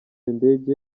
indege